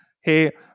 hey